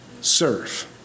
serve